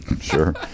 Sure